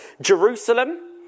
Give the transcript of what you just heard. Jerusalem